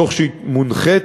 והיא תונחה